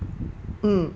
mm